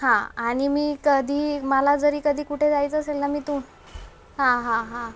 हां आणि मी कधी मला जरी कधी कुठे जायचं असेल ना मी तुम हां हां हां